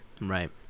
Right